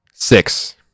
Six